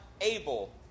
able